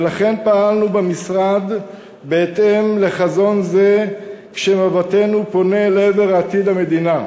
ולכן פעלנו במשרד בהתאם לחזון זה כשמבטנו פונה אל עבר עתיד המדינה.